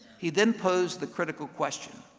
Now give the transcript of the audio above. he then posed the critical question,